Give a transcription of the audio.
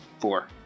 four